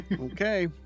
Okay